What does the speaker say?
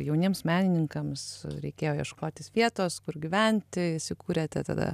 jauniems menininkams reikėjo ieškotis vietos kur gyventi įsikūrėte tada